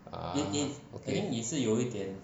ah okay